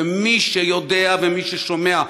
ומי שיודע ומי ששומע,